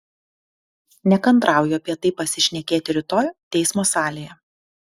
nekantrauju apie tai pasišnekėti rytoj teismo salėje